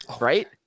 right